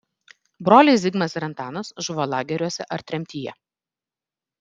broliai zigmas ir antanas žuvo lageriuose ar tremtyje